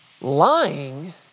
Lying